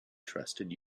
trusted